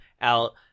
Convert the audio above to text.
out